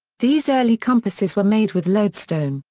these early compasses were made with lodestone,